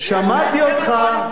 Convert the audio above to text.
שמעתי אותך,